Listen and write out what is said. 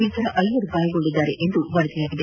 ಇತರ ಐವರು ಗಾಯಗೊಂಡಿದ್ದಾರೆ ಎಂದು ವರದಿಯಾಗಿದೆ